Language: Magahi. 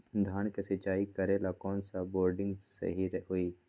धान के सिचाई करे ला कौन सा बोर्डिंग सही होई?